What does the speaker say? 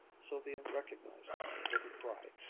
sylvia recognized him with a cry.